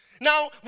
now